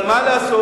אבל מה לעשות,